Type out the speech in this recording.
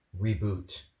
reboot